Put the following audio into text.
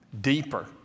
deeper